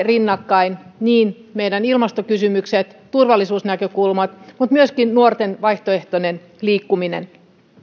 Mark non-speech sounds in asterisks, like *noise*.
*unintelligible* rinnakkain meidän ilmastokysymykset ja turvallisuusnäkökulmat mutta myöskin nuorten vaihtoehtoinen liikkuminen